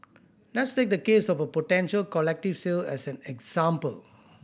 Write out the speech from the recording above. let's take the case of a potential collective sale as an example